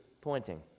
pointing